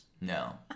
No